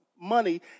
money